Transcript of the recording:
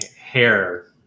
Hair